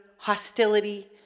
Hostility